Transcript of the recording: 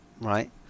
right